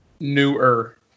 newer